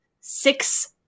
six